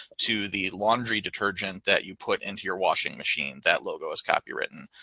to the laundry detergent that you put into your washing machine. that logo is copywritten.